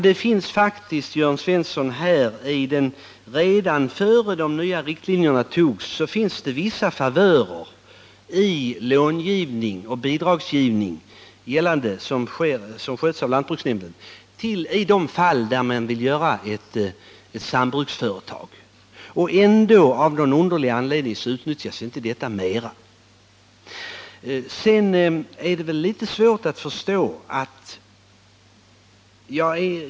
Det finns faktiskt, Jörn Svensson — och det fanns redan innan de nya riktlinjerna togs fram — vissa favörer i lånoch bidragsgivningen som sköts av lantbruksnämnden i de fall där man vill starta sambruksföretag. Men ändå, av någon underlig anledning, så utnyttjas inte detta mera.